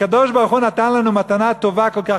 הקדוש-ברוך-הוא נתן לנו מתנה טובה כל כך,